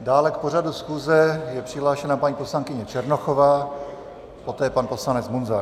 Dále k pořadu je přihlášena paní poslankyně Černochové, poté pan poslanec Munzar.